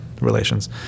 relations